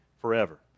forever